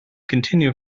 continue